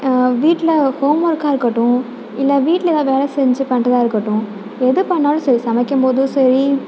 வீட்டில் ஹோம் ஒர்க்காக இருக்கட்டும் இல்லை வீட்டில் எதாவது வேலை செஞ்சு பண்ணுறதா இருக்கட்டும் எது பண்ணிணாலும் சரி சமைக்கும்போதும் சரி